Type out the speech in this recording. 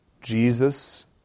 Jesus